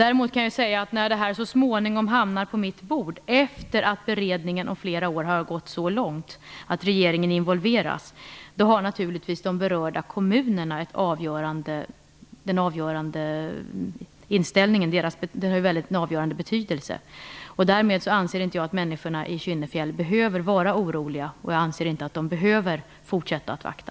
Däremot kan jag säga att när ärendet så småningom hamnar på mitt bord - efter det att beredningen har gått så långt att regeringen involveras - kommer det naturligtvis att ha avgörande betydelse vilken inställning de berörda kommunerna har. Därmed anser jag att människorna i Kynnefjäll inte behöver vara oroliga. Jag anser inte att de behöver fortsätta att vakta.